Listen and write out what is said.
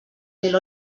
mil